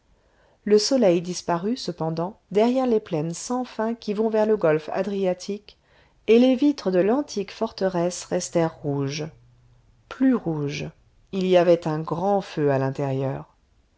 le soleil disparut cependant derrière les plaines sans fin qui vont vers le golfe adriatique et les vitres de l'antique forteresse restèrent rouges plus rouges il y avait un grand feu à l'intérieur